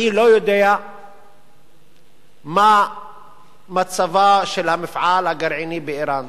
אני לא יודע מה מצבו של המפעל הגרעיני באירן,